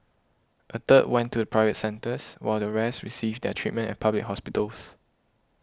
a third went to private centres while the rest received their treatment at public hospitals